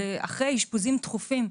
אחרי אשפוזים תכופים.